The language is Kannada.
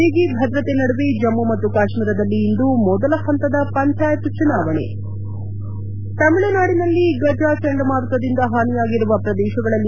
ಬಿಗಿ ಭದ್ರತೆ ನಡುವೆ ಜಮ್ಮು ಮತ್ತು ಕಾಶ್ಮೀರದಲ್ಲಿ ಇಂದು ಮೊದಲ ಹಂತದ ಪಂಚಾಯತ್ ಚುನಾವಣೆ ತಮಿಳುನಾದಿನಲ್ಲಿ ಗಜಾ ಚಂಡಮಾರುತದಿಂದ ಹಾನಿಯಾಗಿರುವ ಪ್ರದೇಶಗಳಲ್ಲಿ